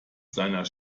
seiner